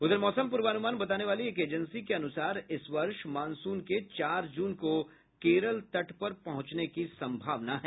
उधर मौसम पूर्वानुमान बताने वाली एक एजेंसी के अनुसार इस वर्ष मानसून के चार जून को केरल तट पर पहुंचने की सम्भावना है